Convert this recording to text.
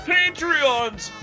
Patreons